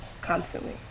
constantly